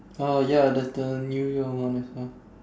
uh ya the the new year and all that stuff